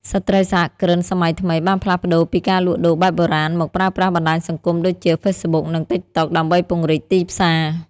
ស្ត្រីសហគ្រិនសម័យថ្មីបានផ្លាស់ប្តូរពីការលក់ដូរបែបបុរាណ មកប្រើប្រាស់បណ្ដាញសង្គមដូចជា Facebook និង TikTok ដើម្បីពង្រីកទីផ្សារ។